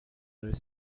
debe